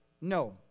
no